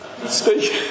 speak